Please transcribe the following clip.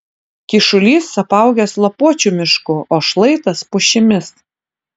kyšulys apaugęs lapuočių mišku o šlaitas pušimis